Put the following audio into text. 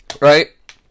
right